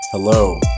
Hello